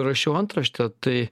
rašiau antraštę tai